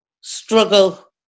struggle